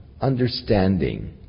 understanding